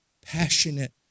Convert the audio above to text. passionate